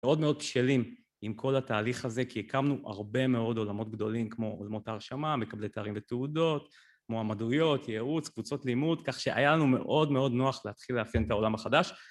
מאוד מאוד בשלים עם כל התהליך הזה כי הקמנו הרבה מאוד עולמות גדולים כמו עולמות ההרשמה, מקבלי תארים ותעודות, מועמדויות, ייעוץ, קבוצות לימוד, כך שהיה לנו מאוד מאוד נוח להתחיל לאפיין את העולם החדש.